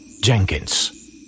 Jenkins